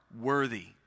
worthy